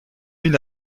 une